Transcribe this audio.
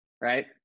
right